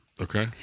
Okay